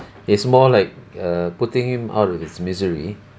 it's more like err putting him out of its misery